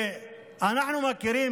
ואנחנו מכירים,